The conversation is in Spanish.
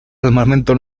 armamento